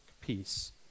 peace